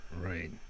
Right